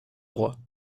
droits